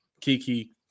Kiki